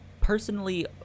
personally